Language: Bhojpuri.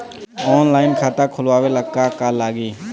ऑनलाइन खाता खोलबाबे ला का का लागि?